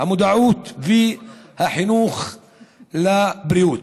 המודעות והחינוך לבריאות.